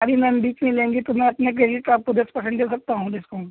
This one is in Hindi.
अभी मैम बीच में लेंगी तो मैं अपने करिए से आपको दस परसेंट दे सकता हूँ डिस्काउंट